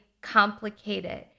complicated